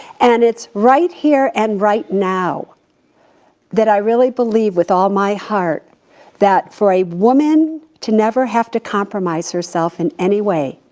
and it's right here and right now that i really believe with all my heart that for a woman to never have to compromise herself in any way,